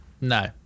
No